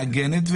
גם מעגנת.